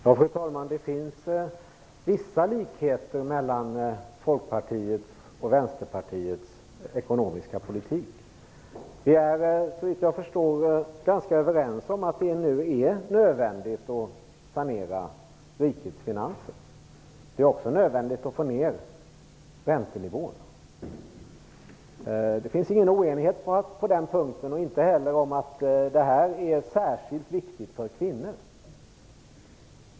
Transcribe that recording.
Fru talman! Det finns vissa likheter mellan Folkpartiets och Vänsterpartiets ekonomiska politik. Vi är såvitt jag förstår överens om att det nu är nödvändigt att sanera rikets finanser. Det är också nödvändigt att få ned räntenivån. Det finns ingen oenighet på den punkten, och inte heller om att detta är särskilt viktigt för kvinnor.